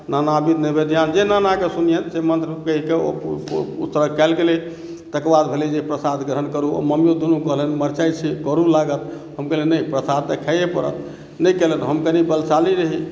नाना विध नैवेद्यानि जे नानाके सुनियैन से मन्त्र कहिके ओ ओहि तरहे कएल गेलै तकर बाद भेलै जे प्रसाद ग्रहण करू ममियौत दुनू कहलैन्ह जे मरचाइ छै करू लागत हम कहलियैन्ह नहि प्रसाद तऽ खाइए पड़त नहि खेलैथ हम कनि बलशाली रही